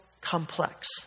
complex